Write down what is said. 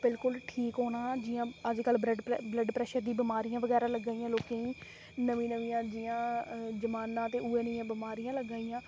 बिल्कुल ठीक होना जि'यां अजकल ब्लड प्रैशर दी बमारियां बगैरा लग्गै दियां लोकें गी नमीं नमियां जि'यां जमाना ते उ'ऐ नेहियां बमारियां लग्गा दियां